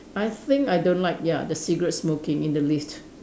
I think I don't like ya the cigarette smoking in the lift